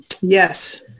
Yes